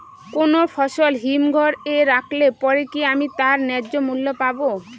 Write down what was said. কোনো ফসল হিমঘর এ রাখলে পরে কি আমি তার ন্যায্য মূল্য পাব?